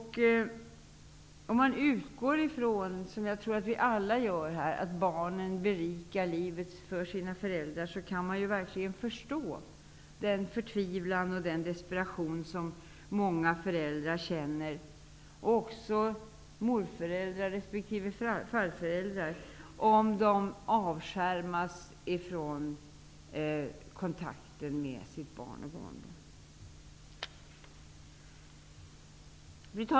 Om vi utgår från, som jag tror att vi alla gör, att barnen berikar livet för sina föräldrar kan man verkligen förstå den förtvivlan och desperation som många föräldrar känner, också morföräldrar resp. farföräldrar, om de avskärmas från kontakten med sitt barn och barnbarn.